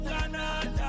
Canada